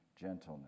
gentleness